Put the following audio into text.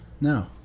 No